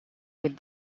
with